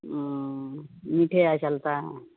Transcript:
ओ मीटे आइ चलतै